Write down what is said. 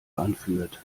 anführt